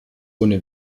ohne